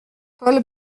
paul